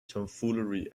tomfoolery